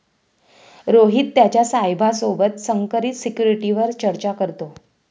रोहित त्याच्या साहेबा सोबत संकरित सिक्युरिटीवर चर्चा करतो